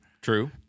True